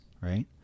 Right